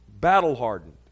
Battle-hardened